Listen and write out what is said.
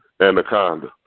Anaconda